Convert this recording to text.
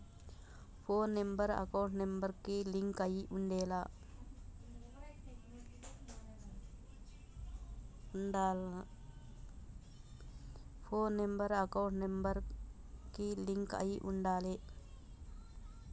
పోను number account number కి link అయ్యి ఉండాలే